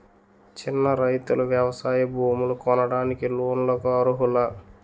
చిన్న రైతులు వ్యవసాయ భూములు కొనడానికి లోన్ లకు అర్హులా?